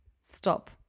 stop